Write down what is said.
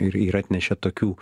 ir yra atnešė tokių